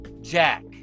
Jack